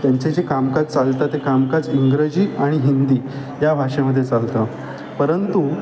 त्यांचे जे कामकाज चालतं ते कामकाज इंग्रजी आणि हिंदी या भाषेमध्ये चालतं परंतु